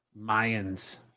mayans